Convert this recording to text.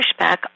pushback